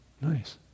nice